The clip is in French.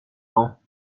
dents